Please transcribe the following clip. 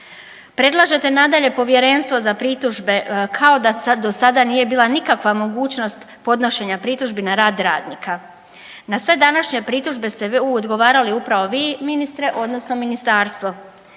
Predlažete nadalje Povjerenstvo za pritužbe kao da do sada nije bila nikakva mogućnost podnošenja pritužbi na rad radnika. Na sve današnje pritužbe ste odgovarali upravo vi ministre, odnosno ministarstvo.